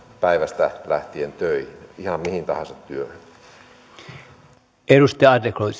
päivästä lähtien töihin ihan mihin tahansa työhön